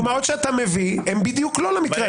אבל הדוגמאות שאתה מביא הן בדיוק לא למקרה,